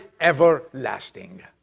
everlasting